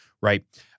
right